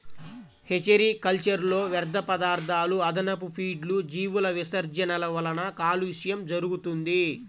hatchery కల్చర్లో వ్యర్థపదార్థాలు, అదనపు ఫీడ్లు, జీవుల విసర్జనల వలన కాలుష్యం జరుగుతుంది